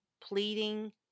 pleading